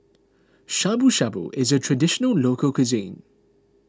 Shabu Shabu is a Traditional Local Cuisine